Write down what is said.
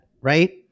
right